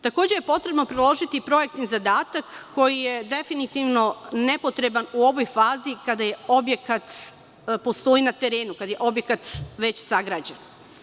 Takođe je potrebno priložiti i projektni zadatak koji je definitivno nepotreban u ovoj fazi kada objekat postoji na terenu, kada je objekat već sagrađen.